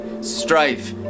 strife